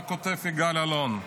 מה כותב יגאל אלון?